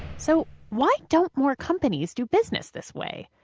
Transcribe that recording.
so why don't more companies do business this way?